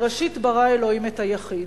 בראשית ברא אלוהים את היחיד.